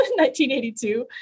1982